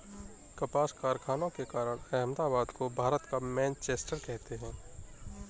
कपास कारखानों के कारण अहमदाबाद को भारत का मैनचेस्टर कहते हैं